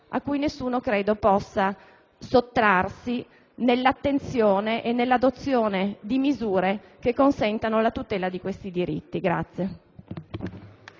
a cui nessuno credo possa sottrarsi nell'attenzione e nell'adozione di misure che ne consentano la tutela. *(Applausi dai Gruppi